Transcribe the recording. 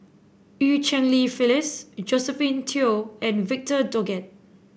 Eu Cheng Li Phyllis Josephine Teo and Victor Doggett